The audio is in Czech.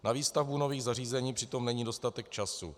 Na výstavbu nových zařízení přitom není dostatek času.